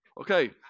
Okay